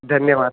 धन्यवादः